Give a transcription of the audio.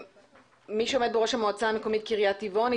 מי שעומד בראש המועצה המקומית קריית טבעון,